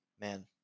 man